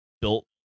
built